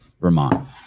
Vermont